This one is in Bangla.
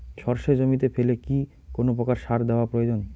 সর্ষে জমিতে ফেলে কি কোন প্রকার সার দেওয়া প্রয়োজন?